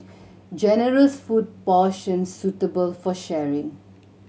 generous food portions suitable for sharing